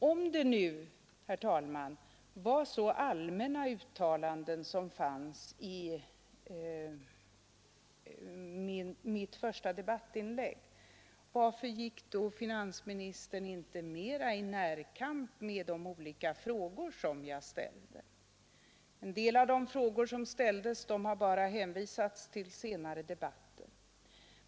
Om det nu, herr talman, var så allmänna uttalanden som fanns i mitt första debattinlägg, varför gick då finansministern inte mera i närkamp med de olika frågor som jag ställde? En del av de frågor som ställdes har bara hänvisats till senare debatter.